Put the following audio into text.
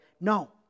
No